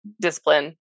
discipline